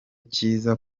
kiza